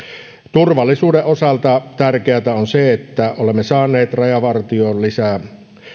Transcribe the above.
turvallisuuden osalta tärkeätä on se että olemme saaneet rajavartiostoon lisää